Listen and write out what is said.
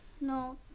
No